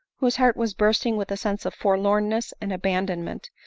whose heart was bursting with a sense of forlorn ness and abandonment,